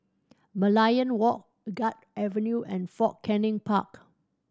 Merlion Walk Guards Avenue and Fort Canning Park